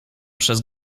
przez